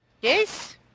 yes